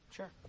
Sure